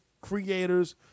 creators